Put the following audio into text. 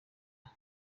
aha